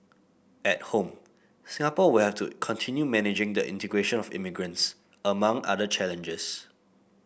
at home Singapore will have to continue managing the integration of immigrants among other challenges